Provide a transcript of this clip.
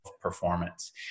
performance